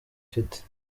ifite